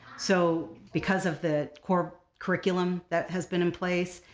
so because of the core curriculum that has been in place,